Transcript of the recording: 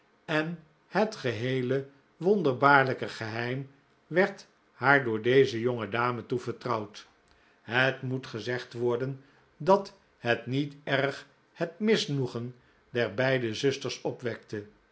en het geheele wonderbaarlijke geheim werd haar door deze jonge dame toevertrouwd het moet gezegd worden dat het niet erg het misnoegen der beide zusters opwekte